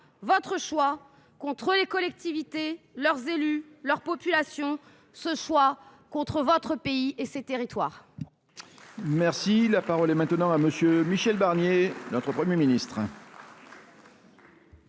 votre choix, contre les collectivités, leurs élus, leur population, ce choix contre votre pays et ses territoires